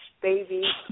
baby